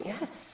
Yes